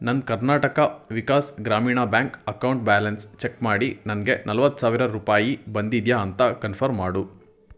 ನನ್ನ Karnataka Vikas Grameena bank account balance check ಮಾಡಿ ನನಗೆ ನಲ್ವತ್ತು ಸಾವಿರ ರೂಪಾಯಿ ಬಂದಿದೆಯಾ ಅಂತ ಕನ್ಫರ್ಮ್ ಮಾಡು